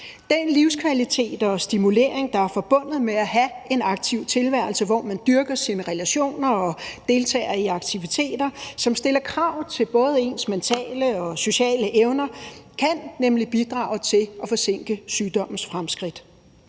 Den livskvalitet og stimulering, der er forbundet med at have en aktiv tilværelse, hvor man dyrker sine relationer og deltager i aktiviteter, som stiller krav til både ens mentale og sociale evner, kan nemlig bidrage til at forsinke sygdommens fremskridt.